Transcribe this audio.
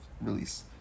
release